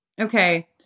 Okay